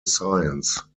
science